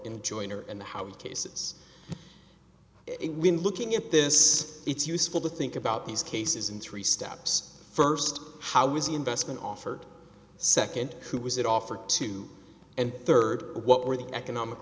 joiner and how the cases when looking at this it's useful to think about these cases in three steps first how was the investment offered second who was it offered to and third what were the economic